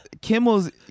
kimmel's